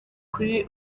kuri